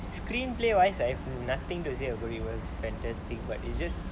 screenplay wise I have nothing to say everybody was fantastic but it's just